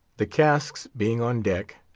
the casks being on deck,